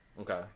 Okay